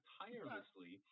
tirelessly